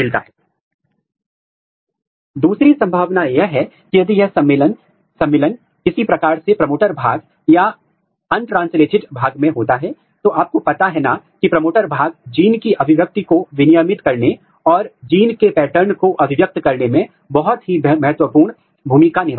है इसलिए यह आपका जीन है तो आप केवल प्रमोटर भाग को लेते हैं और यह कंस्ट्रक्ट आपको बताएगा कि ट्रांसक्रिप्शनल अथवा प्रमोटर एक्टिविटी कहां उपलब्ध है